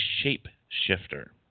shape-shifter